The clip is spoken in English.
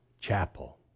Chapel